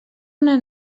una